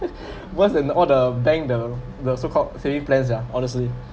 worse than all the bank the the so called saving plans ya honestly